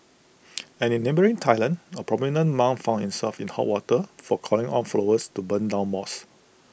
and in neighbouring Thailand A prominent monk found himself in hot water for calling on followers to burn down moth